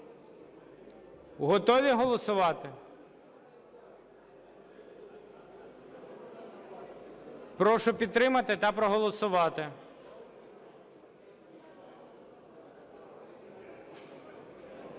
Готові голосувати? Прошу підтримати та проголосувати.